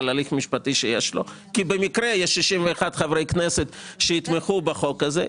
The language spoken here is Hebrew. הליך משפטי שיש לו כי במקרה יש 61 חברי כנסת שיתמכו בחוק הזה.